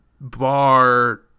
bar